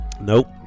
Nope